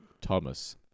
Thomas